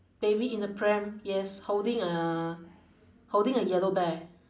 baby in a pram yes holding a holding a yellow bear